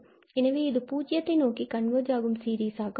எனவே இது பூஜ்ஜியத்தை நோக்கி கன்வர்ஜ் ஆகும் சீரிஸாக உள்ளது